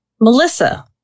Melissa